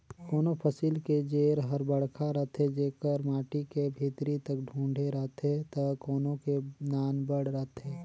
कोनों फसिल के जेर हर बड़खा रथे जेकर माटी के भीतरी तक ढूँके रहथे त कोनो के नानबड़ रहथे